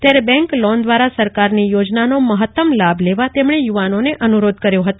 ત્યારે bank loan દ્વારા સરકારની યોજનાનો મહત્તમ લાભ લેવા તેમણે અનુરોધ કર્યો હતો